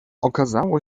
okazało